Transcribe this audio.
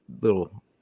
little –